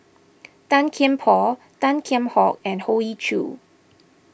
Tan Kian Por Tan Kheam Hock and Hoey Choo